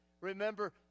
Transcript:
Remember